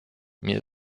mir